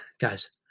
guys